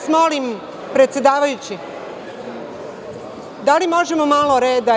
Molim vas, predsedavajući, da li možemo malo reda?